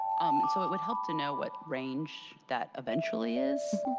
um and so it would help to know what range that eventually is.